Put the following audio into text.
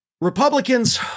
Republicans